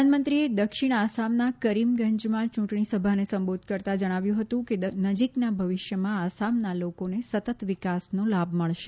પ્રધાનમંત્રીએ દક્ષિણ આસામના કરીમગંજમાં ચૂંટણી સભાને સંબોધન કરતાં જણાવ્યું હતું કે નજીકના ભવિષ્યમાં આસામના લોકોને સતત વિકાસનો લાભ મળશે